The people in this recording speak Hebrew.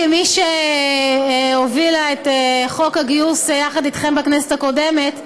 כמי שהובילה את חוק הגיוס יחד איתכם בכנסת הקודמת,